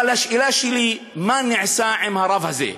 אבל השאלה שלי: מה נעשה עם הרב הזה,